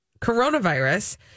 coronavirus